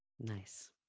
Nice